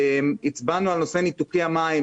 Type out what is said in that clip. הצבענו על נושא ניתוקי המים,